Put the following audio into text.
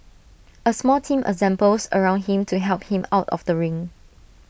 A small team assembles around him to help him out of the ring